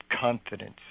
confidence